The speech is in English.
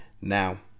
Now